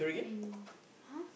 when !huh!